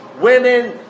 women